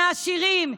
מהעשירים,